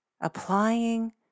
Applying